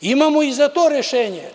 Imamo i za to rešenje.